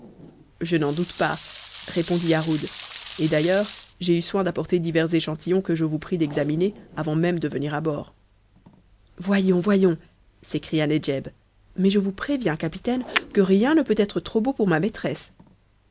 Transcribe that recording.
je n'en doute pas répondit yarhud et d'ailleurs j'ai eu soin d'apporter divers échantillons que je vous prie d'examiner avant même de venir à bord voyons voyons s'écria nedjed mais je vous préviens capitaine que rien ne peut être trop beau pour ma maîtresse